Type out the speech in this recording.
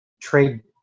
trade